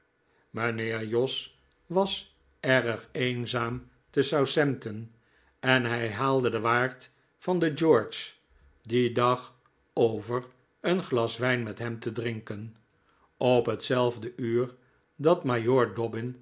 mijnheer jos was erg eenzaam te southampton en hij haalde den waard van de george dien dag over een glas wijn met hem te drinken op hetzelfde uur